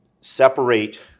separate